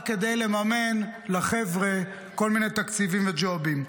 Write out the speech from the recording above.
רק כדי לממן לחבר'ה כל מיני תקציבים וג'ובים.